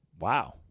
Wow